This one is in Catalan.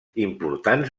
importants